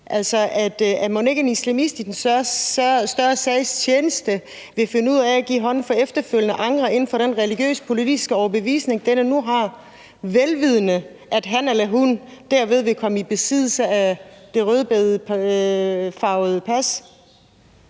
fra. Mon ikke en islamist i en større sags tjeneste ville finde ud af at give hånd for efterfølgende at angre inden for den religiøs-politiske overbevisning, som vedkommende har, vel vidende at han eller hun derved vil komme i besiddelse af det rødbedefarvede pas.